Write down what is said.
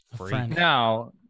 now